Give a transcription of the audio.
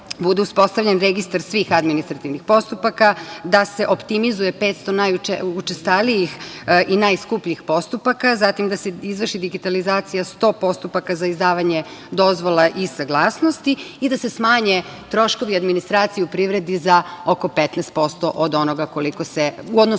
bude uspostavljen registar svih administrativnih postupaka, da se optimizuje 500 najučestalijih i najskupljih postupaka, zatim, da se izvrši digitalizacija 100 postupaka za izdavanje dozvola i saglasnosti i da se smanje troškovi administracije u privredi za oko 15% u odnosu na ono koliko se sada